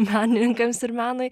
menininkams ir menui